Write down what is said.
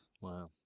Wow